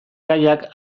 gaiak